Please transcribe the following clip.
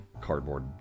cardboard